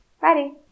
ready